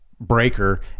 breaker